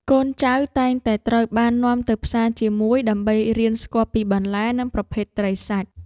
កូនចៅតែងតែត្រូវបាននាំទៅផ្សារជាមួយដើម្បីរៀនស្គាល់ពីបន្លែ និងប្រភេទត្រីសាច់។